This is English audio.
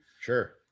Sure